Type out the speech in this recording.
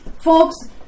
Folks